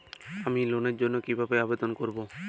আমি লোনের জন্য কিভাবে আবেদন করব?